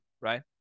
right